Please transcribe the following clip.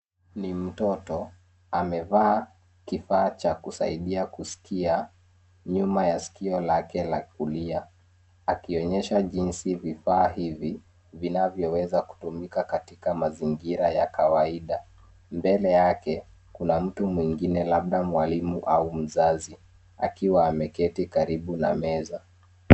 Ni mtoto, amevaa kifaa cha kusaidia kusikia, nyuma ya sikio lake la kulia, akionyesha jinsi vifaa hivi, vinavyoweza kutumika katika mazingira ya kawaida, mbele yake, mtu mwingine labda mwalimu, au mzazi, akiwa ameketi karibu na meza.